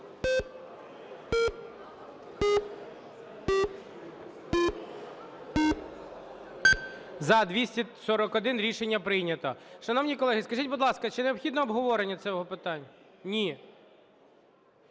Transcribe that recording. За-241 Рішення прийнято. Шановні колеги, скажіть, будь ласка, чи необхідне обговорення цього питання? Ні.